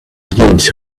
unit